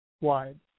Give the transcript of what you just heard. wide